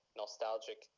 nostalgic